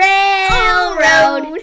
Railroad